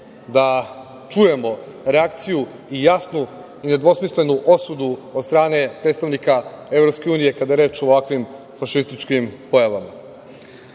da čujemo reakciju i jasno i nedvosmislenu osudu od strane predstavnika EU, kada je reč o ovakvim fašističkim pojavama. Šta